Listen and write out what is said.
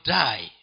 die